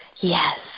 Yes